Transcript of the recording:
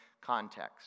context